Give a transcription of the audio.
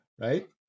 right